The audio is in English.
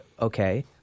Okay